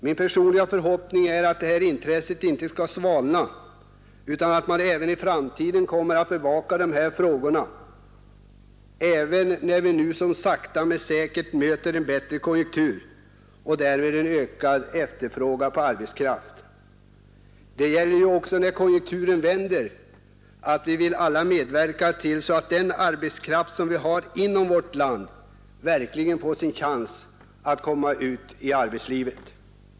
Min personliga förhoppning är att detta intresse inte skall svalna utan att man även i framtiden kommer att bevaka de här frågorna — även när vi nu sakta men säkert möter en bättre konjunktur och därmed en ökad efterfrågan på arbetskraft. Det gäller ju — när konjunkturen nu vänder — att vi alla medverkar till att den arbetskraft vi har inom vårt land verkligen får sin chans att komma ut i arbetslivet.